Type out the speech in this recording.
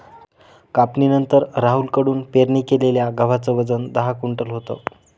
कापणीनंतर राहुल कडून पेरणी केलेल्या गव्हाचे वजन दहा क्विंटल होते